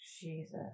Jesus